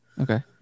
Okay